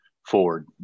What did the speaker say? forward